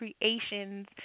Creations